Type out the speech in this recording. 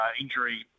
injury